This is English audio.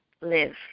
live